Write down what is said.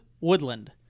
woodland